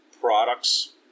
products